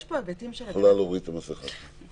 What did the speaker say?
יש פה היבטים של הגנת הפרטיות.